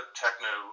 techno